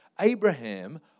Abraham